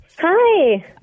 Hi